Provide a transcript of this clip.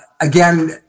Again